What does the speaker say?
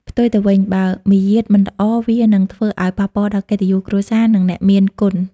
ផ្ទុយទៅវិញ បើមារយាទមិនល្អ វានឹងធ្វើឱ្យប៉ះពាល់ដល់កិត្តិយសគ្រួសារ និងអ្នកមានគុណ។